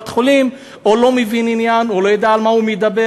בקופת-חולים או לא מבין עניין או לא יודע על מה הוא מדבר,